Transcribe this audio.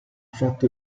fatto